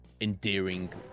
endearing